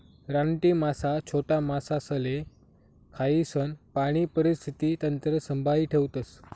रानटी मासा छोटा मासासले खायीसन पाणी परिस्थिती तंत्र संभाई ठेवतस